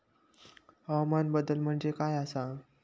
हवामान बदल म्हणजे काय आसा?